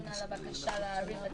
הדיון בבקשה להאריך את